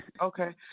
Okay